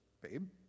babe